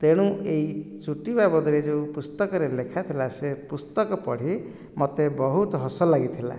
ତେଣୁ ଏହି ଚୁଟି ବାବଦରେ ଯେଉଁ ପୁସ୍ତକରେ ଲେଖା ଥିଲା ସେ ପୁସ୍ତକ ପଢ଼ି ମୋତେ ବହୁତ ହସ ଲାଗିଥିଲା